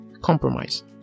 compromise